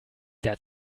der